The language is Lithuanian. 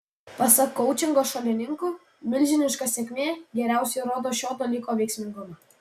pasak koučingo šalininkų milžiniška sėkmė geriausiai įrodo šio dalyko veiksmingumą